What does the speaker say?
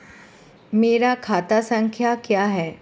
मेरा खाता संख्या क्या है?